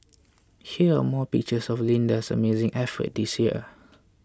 here are more pictures of Linda's amazing effort this year